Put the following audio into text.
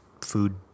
Food